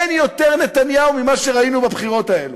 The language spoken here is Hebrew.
אין יותר נתניהו ממה שראינו בבחירות האלה.